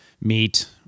meet